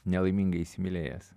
nelaimingai įsimylėjęs